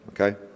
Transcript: okay